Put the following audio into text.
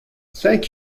thank